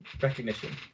recognition